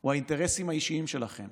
הוא האינטרסים האישיים שלכם,